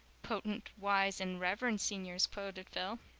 potent, wise, and reverend seniors quoted phil.